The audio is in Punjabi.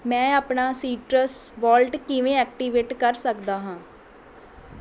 ਮੈਂ ਆਪਣਾ ਸੀਟਰਸ ਵੋਲਟ ਕਿਵੇਂ ਐਕਟੀਵੇਟ ਕਰ ਸਕਦਾ ਹਾਂ